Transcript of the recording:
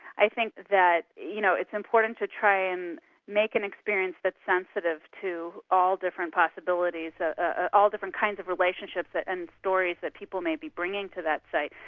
i think that you know, it's important to try and make an experience that's sensitive to all different possibilities, ah ah all different kinds of relationships and stories that people may be bringing to that site.